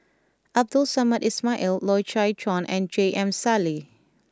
Abdul Samad Ismail Loy Chye Chuan and J M Sali